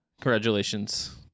Congratulations